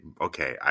Okay